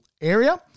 area